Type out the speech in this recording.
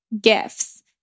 gifts